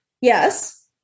Yes